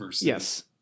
Yes